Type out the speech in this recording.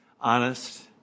honest